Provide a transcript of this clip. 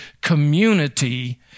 community